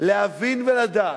להבין ולדעת,